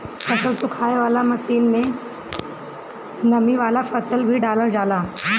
फसल सुखावे वाला मशीन में नमी वाला फसल ही डालल जाला